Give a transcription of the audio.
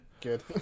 Good